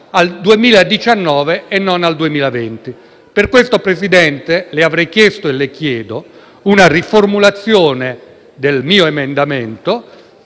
al 2019 e non al 2020. Per questo, Presidente, le avrei chiesto e le chiedo una riformulazione del mio emendamento,